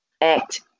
act